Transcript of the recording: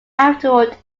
afterward